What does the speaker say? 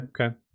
Okay